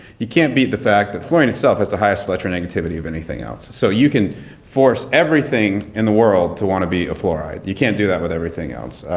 you can't beat the fact that fluorine itself has the highest electronegativity of anything else. so you can force everything in the world to want to be a fluoride you can't do that with everything else,